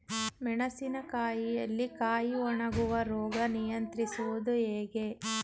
ಮೆಣಸಿನ ಕಾಯಿಯಲ್ಲಿ ಕಾಯಿ ಒಣಗುವ ರೋಗ ನಿಯಂತ್ರಿಸುವುದು ಹೇಗೆ?